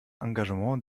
engagement